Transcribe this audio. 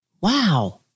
Wow